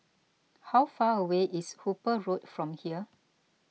how far away is Hooper Road from here